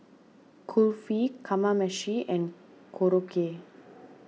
Kulfi Kamameshi and Korokke